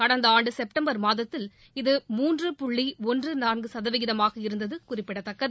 கடந்த ஆண்டு செப்டம்பர் மாதத்தில் இது மூன்று புள்ளி ஒன்று நான்கு சதவீதமாக இருந்தது குறிப்பிடத்தக்கது